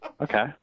Okay